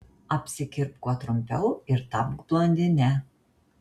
apsikirpk kuo trumpiau ir tapk blondine